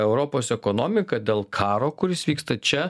europos ekonomika dėl karo kuris vyksta čia